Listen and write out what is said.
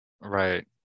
Right